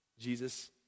Jesus